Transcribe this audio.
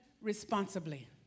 responsibly